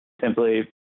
simply